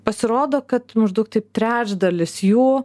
pasirodo kad maždaug taip trečdalis jų